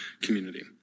community